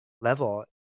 level